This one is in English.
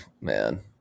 man